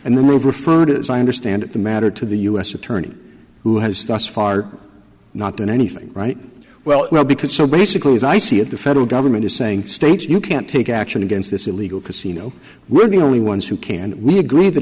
and the move referred to as i understand it the matter to the u s attorney who has thus far not done anything right well because so basically as i see it the federal government is saying states you can't take action against this illegal casino will be the only ones who can we agree that